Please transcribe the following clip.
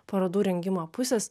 parodų rengimo pusės